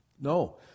No